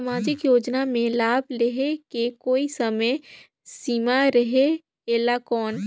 समाजिक योजना मे लाभ लहे के कोई समय सीमा रहे एला कौन?